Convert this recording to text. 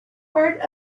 part